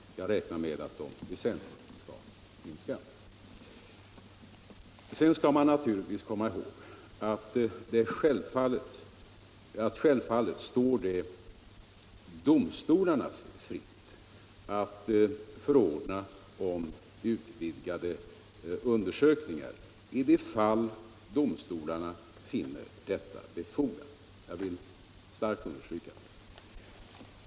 Jag räknar med att de skall minska väsentligt. Sedan skall man komma ihåg att självfallet står det domstolarna fritt att förordna om utvidgade undersökningar i de fall domstolarna finner detta befogat. Jag vill starkt understryka det.